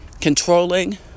controlling